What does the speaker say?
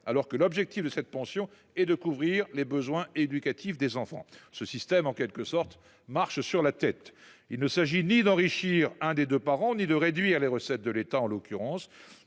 alors que l’objectif de cette pension est de couvrir les besoins éducatifs des enfants. Ce système, en quelque sorte, marche sur la tête. Il ne s’agit ni d’enrichir un des deux parents ni de réduire les recettes de l’État.